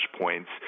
points